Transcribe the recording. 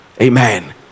Amen